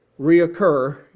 reoccur